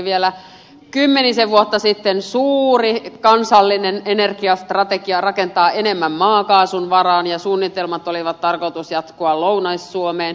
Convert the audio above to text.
vielä kymmenisen vuotta sitten oli suuri kansallinen energiastrategia rakentaa enemmän maakaasun varaan ja suunnitelmien oli tarkoitus jatkua lounais suomeen